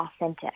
authentic